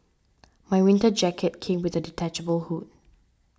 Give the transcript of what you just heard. my winter jacket came with a detachable hood